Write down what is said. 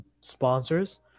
sponsors